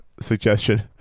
suggestion